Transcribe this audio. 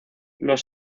los